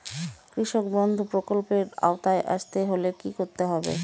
কৃষকবন্ধু প্রকল্প এর আওতায় আসতে হলে কি করতে হবে?